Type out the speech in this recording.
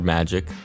Magic